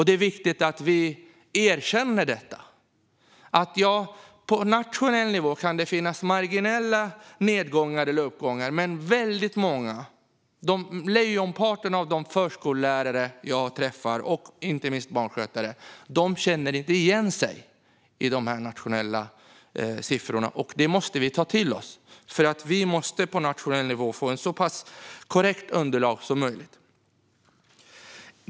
Det är viktigt att vi erkänner detta: På nationell nivå kan det finns marginella nedgångar eller uppgångar, men lejonparten av de förskollärare och inte minst barnskötare jag träffar känner inte igen sig i dessa nationella siffror. Det måste vi ta till oss, för vi måste på nationell nivå få ett så korrekt underlag som möjligt.